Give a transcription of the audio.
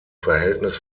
verhältnis